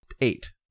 eight